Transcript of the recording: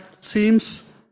seems